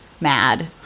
mad